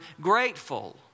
grateful